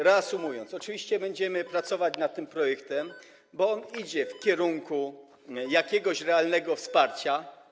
Reasumując, powiem, że oczywiście będziemy pracować nad tym projektem, bo on idzie w kierunku jakiegoś realnego wsparcia.